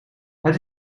het